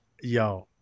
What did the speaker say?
yo